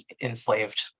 enslaved